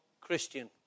Christian